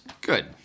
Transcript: Good